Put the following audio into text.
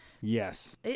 Yes